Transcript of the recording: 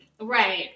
right